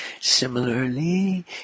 Similarly